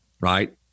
Right